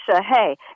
hey